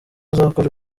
azakora